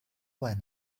when